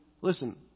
listen